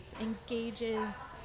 engages